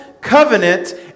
covenant